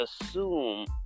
assume